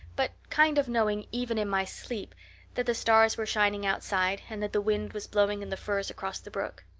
but kind of knowing even in my sleep that the stars were shining outside and that the wind was blowing in the firs across the brook.